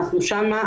אנחנו שם,